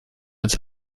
uns